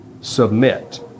submit